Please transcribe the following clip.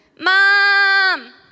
mom